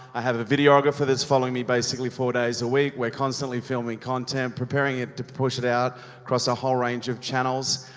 i have a videographer that's following me basically four days a week, we're constantly filming content, preparing it to push it out across a whole range of channels.